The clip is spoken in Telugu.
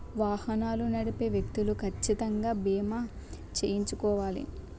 వాహనాలు నడిపే వ్యక్తులు కచ్చితంగా బీమా చేయించుకోవాలి